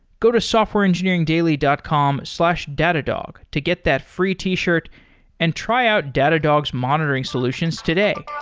go to softwareengineeringdaily dot com slash datadog to get that free t-shirt and try out datadog's monitoring solutions today.